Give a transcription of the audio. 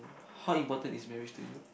how important is marriage to you